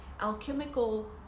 alchemical